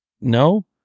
No